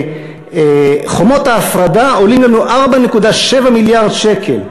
חומות ההפרדה עולות לנו 4.7 מיליארד שקל,